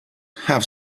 have